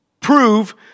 Prove